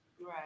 Right